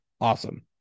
awesome